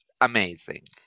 amazing